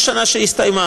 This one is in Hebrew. יש שנה שהסתיימה,